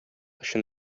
өчен